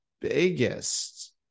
biggest